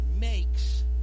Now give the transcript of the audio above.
makes